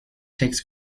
takes